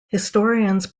historians